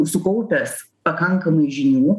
sukaupęs pakankamai žinių